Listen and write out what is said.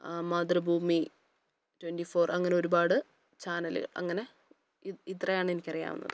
Mathrubhumi twenty four അങ്ങനെ ഒരുപാട് ചാനലുകള് അങ്ങനെ ഇത്രയാണ് എനിക്കറിയാവുന്നത്